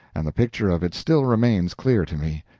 and the picture of it still remains clear to me.